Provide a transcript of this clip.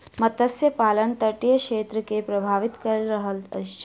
मत्स्य पालन तटीय क्षेत्र के प्रभावित कय रहल अछि